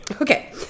Okay